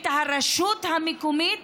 את הרשות המקומית,